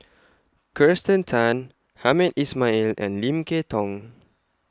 Kirsten Tan Hamed Ismail and Lim Kay Tong